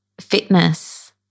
fitness